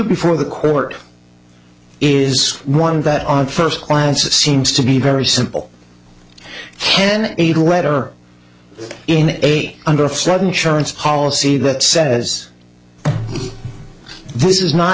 before the court is one that on first glance it seems to be very simple ken a letter in eight under flood insurance policy that says this is not